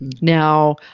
Now